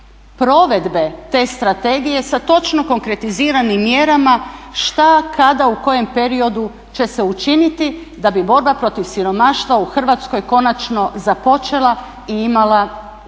provedbe te strategije sa točno konkretiziranim mjerama šta, kada, u kojem periodu će se učiniti da bi borba protiv siromaštva u Hrvatskoj konačno započela i imala efekata.